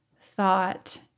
thought